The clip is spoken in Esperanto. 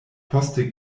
poste